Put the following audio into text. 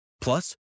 Plus